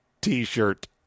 t-shirt